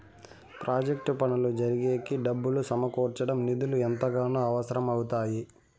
project పనులు జరిగేకి డబ్బులు సమకూర్చడం నిధులు ఎంతగానో అవసరం అవుతాయి